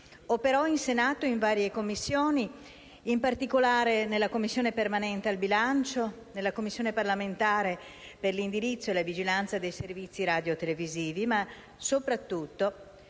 Operò in Senato in varie Commissioni, in particolare nella Commissione permanente al bilancio e nella Commissione parlamentare per l'indirizzo generale e la vigilanza dei servizi radiotelevisivi, ma soprattutto